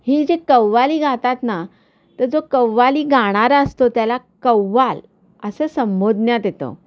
ही जे कव्वाली गातात ना तर जो कव्वाली गाणारा असतो त्याला कव्वाल असं संबोधण्यात येतं